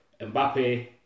Mbappe